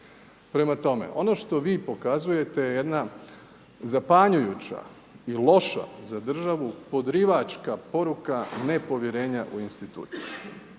Prema tome, ono što vi pokazujete je jedna zapanjujuća i loša za državu podrivačka poruka nepovjerenja u institucije.